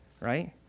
Right